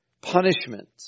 punishment